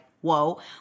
whoa